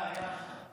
היה, היה.